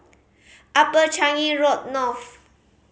Upper Changi Road North